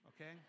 okay